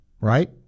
right